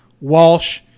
Walsh